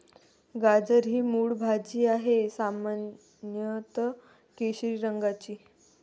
गाजर ही मूळ भाजी आहे, सामान्यत केशरी रंगाची